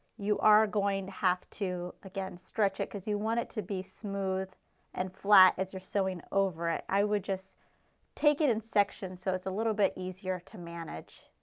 you are going to have to again stretch it, because you wanted to be smooth and flat as you are sewing over it. i would just take it in sections, so it's a little bit easier manage.